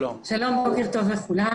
שלום, בוקר טוב לכולם,